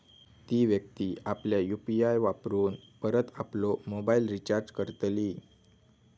ती व्यक्ती आपल्या यु.पी.आय वापरून परत आपलो मोबाईल रिचार्ज करतली